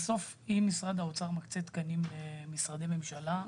בסוף, אם משרד האוצר מקצה תקנים למשרדי ממשלה,